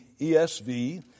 ESV